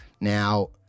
Now